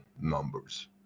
numbers